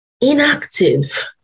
inactive